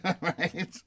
Right